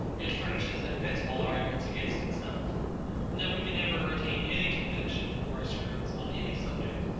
it furnishes invincible arguments against itself and that we could never retain any conviction or assurance, on any subject,